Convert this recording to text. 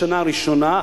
בשנה הראשונה,